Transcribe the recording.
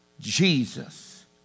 Jesus